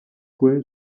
fue